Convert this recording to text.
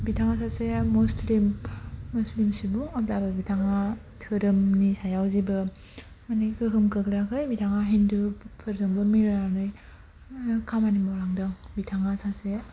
बिथाङा सासे मुसलिम मुसलिम सुबुं अब्लाबो बिथाङा धोरोमनि सायाव जेबो माने गोहोम गोग्लैयाखै बिथाङा हिन्दुफोरजोंबो मिलायनानै खामानि मावलांदों बिथाङा सासे